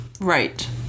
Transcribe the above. Right